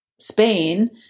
Spain